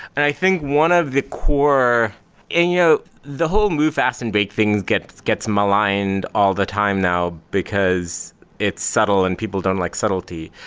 and i think one of the core and you know the whole move, fasten big things gets gets maligned all the time now, because it's subtle and people don't like subtlety.